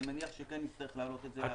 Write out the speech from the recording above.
אני מניח שכן נצטרך להעלות את זה.